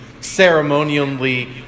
ceremonially